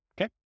okay